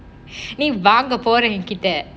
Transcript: !hey! வாங்க போற என்கிட்ட:vaanga pora enkitta